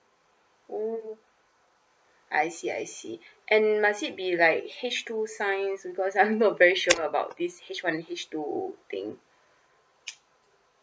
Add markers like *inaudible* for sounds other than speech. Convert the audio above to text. oh I see I see and must it be like H two science because I'm not very *noise* sure about this H one H two thing